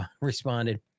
responded